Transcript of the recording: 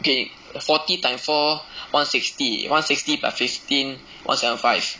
okay forty times four one sixty one sixty plus fifteen one seven five